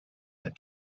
that